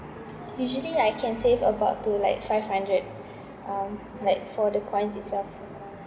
usually like I can save about to like five hundred um like for the coins itself